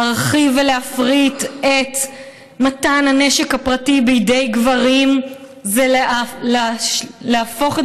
להרחיב ולהפריט את מתן הנשק הפרטי בידי גברים זה להפוך את